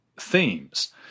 themes